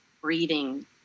breathing